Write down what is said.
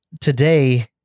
Today